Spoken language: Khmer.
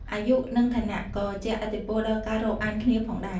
អាយុ និងឋានៈក៏ជះឥទ្ធិពលដល់ការរាប់អានគ្នាផងដែរ។